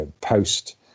post